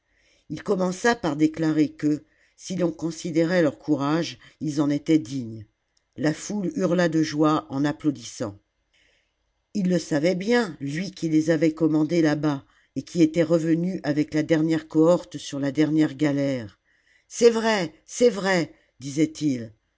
ii commença par déclarer que si l'on considérait leur courage ils en étaient dignes la foule hurla de joie en applaudissant il le savait bien lui qui les avait commandés là-bas et qui était revenu avec la dernière cohorte sur la dernière galère c'est vrai c'est vrai disaient-ils